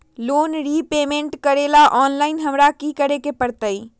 Loan repayment करेला online हमरा की करे के परतई?